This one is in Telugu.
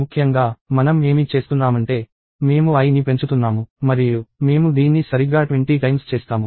ముఖ్యంగా మనం ఏమి చేస్తున్నామంటే మేము i ని పెంచుతున్నాము మరియు మేము దీన్ని సరిగ్గా 20 సార్లు చేస్తాము